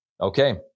Okay